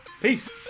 Peace